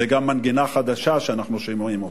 זו מנגינה חדשה שאנחנו שומעים.